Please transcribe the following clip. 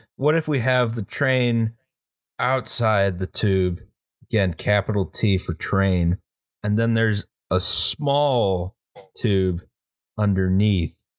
what if we have the train outside the tube again, capital t for train and then there's a small tube underneath,